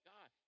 God